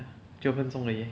九分钟而已